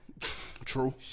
True